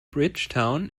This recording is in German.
bridgetown